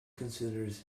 considers